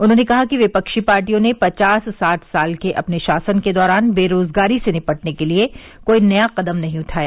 उन्होंने कहा कि विपक्षी पार्टियों ने पचास साठ साल के अपने शासन के दौरान बेरोजगारी से निपटने के लिए कोई नया कदम नहीं उठाया